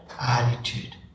attitude